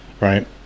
right